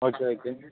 okay okay